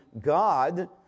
God